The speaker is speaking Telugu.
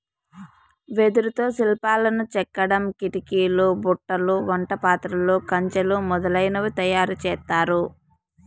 వెదురుతో శిల్పాలను చెక్కడం, కిటికీలు, బుట్టలు, వంట పాత్రలు, కంచెలు మొదలనవి తయారు చేత్తారు